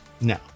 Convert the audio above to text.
no